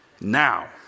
Now